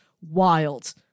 wild